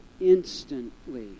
instantly